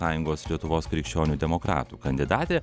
sąjungos lietuvos krikščionių demokratų kandidatė